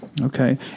Okay